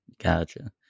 Gotcha